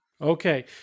Okay